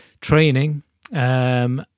training